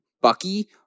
Bucky